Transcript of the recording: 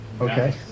Okay